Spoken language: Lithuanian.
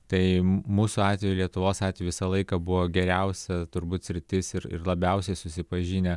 tai mūsų atveju lietuvos atveju visą laiką buvo geriausia turbūt sritis ir labiausiai susipažinę